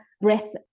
breath